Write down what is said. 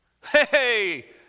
Hey